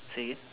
say